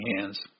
hands